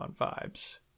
vibes